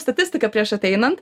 statistiką prieš ateinant